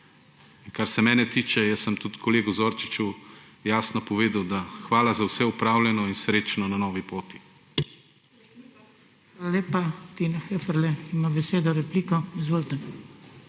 Kar se mene tiče, jaz sem tudi kolegu Zorčiču jasno povedal, da, hvala za vse opravljeno in srečno na novi poti.